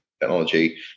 technology